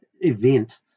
event